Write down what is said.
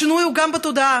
השינוי הוא גם בתודעה.